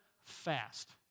fast